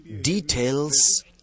details